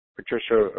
Patricia